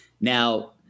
Now